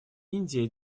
индия